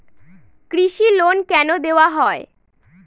কৃষি লোন কেন দেওয়া হয়?